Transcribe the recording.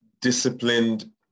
disciplined